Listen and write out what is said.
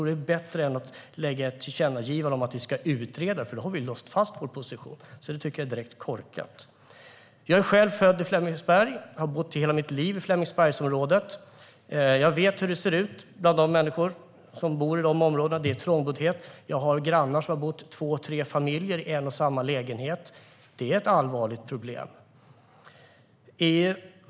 Det är bättre än att lägga fram ett tillkännagivande om att vi ska utreda det. Då har vi låst fast vår position. Det tycker jag är direkt korkat. Jag är själv född i Flemingsberg och har bott i hela mitt liv i Flemingsbergsområdet. Jag vet hur det ser ut bland de människor som bor i de områdena. Det är trångboddhet. Jag har grannar som har bott två tre familjer i en och samma lägenhet. Det är ett allvarligt problem.